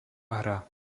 hra